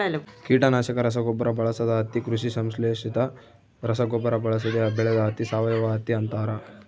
ಕೀಟನಾಶಕ ರಸಗೊಬ್ಬರ ಬಳಸದ ಹತ್ತಿ ಕೃಷಿ ಸಂಶ್ಲೇಷಿತ ರಸಗೊಬ್ಬರ ಬಳಸದೆ ಬೆಳೆದ ಹತ್ತಿ ಸಾವಯವಹತ್ತಿ ಅಂತಾರ